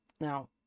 Now